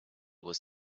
was